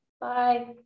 bye